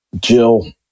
jill